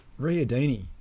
Riadini